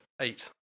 eight